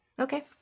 okay